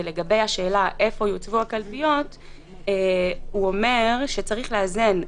לגבי השאלה איפה יוצבו הקלפיות אומר שצריך לאזן,